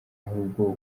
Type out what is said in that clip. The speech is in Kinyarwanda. ahubwo